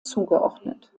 zugeordnet